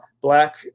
Black